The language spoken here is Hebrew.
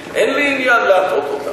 ויגידו לך: איך תמכת,